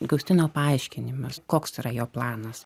gausino paaiškinimas koks yra jo planas